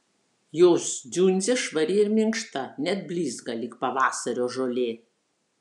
jos dziundzė švari ir minkšta net blizga lyg pavasario žolė